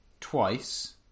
twice